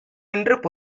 என்ற